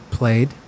played